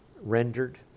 rendered